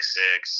six